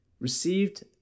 received